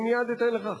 אני מייד אתן לך,